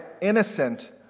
innocent